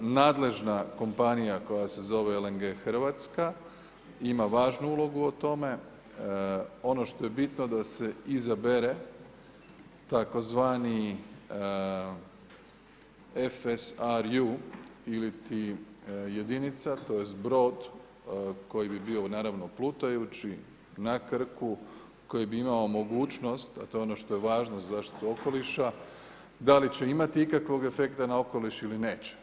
Nadležna kompanija koja se zove LNG Hrvatska ima važnu ulogu u tome, ono što je bitno da se izabere tzv. FSRU iliti jedinica, tj. brod koji bi bio naravno plutajući, na Krku, koji bi imao mogućnost, a to je ono što je važno za zaštitu okoliša, da li će imati ikakvog efekta na okoliš ili neće.